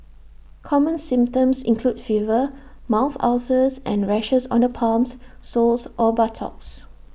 common symptoms include fever mouth ulcers and rashes on the palms soles or buttocks